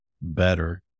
better